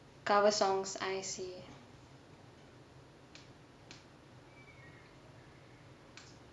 cover songs I see